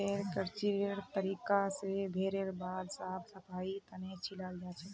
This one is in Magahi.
भेड़ क्रचिंगेर तरीका स भेड़ेर बाल साफ सफाईर तने छिलाल जाछेक